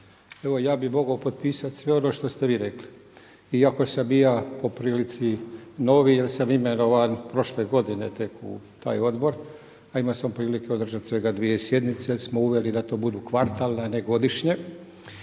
evo ja bih mogao potpisati sve ono što ste vi rekli iako sam i ja po prilici novi jer sam imenovan prošle godine tek u taj odbor a imao sam prilike održati svega dvije sjednice jer smo uveli da to budu kvartalne a ne godišnje.